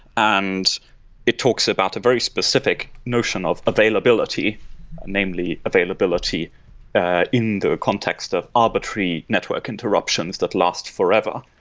and it talks about a very specific notion of availability namely availability in the context of arbitrary network interruptions that last forever.